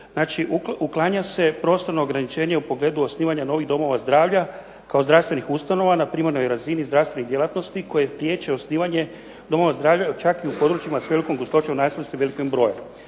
Znači, uklanja se prostorno ograničenje u pogledu osnivanja novih domova zdravlja kao zdravstvenih ustanova na primarnoj razini zdravstvenih djelatnosti koje priječe osnivanje domova zdravlja čak i u područjima s velikom gustoćom naseljenosti, velikim brojem.